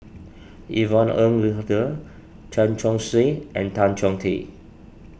Yvonne Ng Uhde Chen Chong Swee and Tan Chong Tee